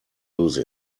lose